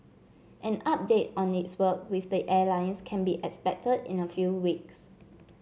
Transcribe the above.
an update on its work with the airlines can be expected in a few weeks